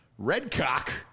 Redcock